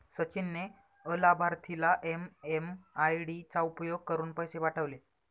सचिन ने अलाभार्थीला एम.एम.आय.डी चा उपयोग करुन पैसे पाठवले